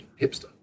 hipster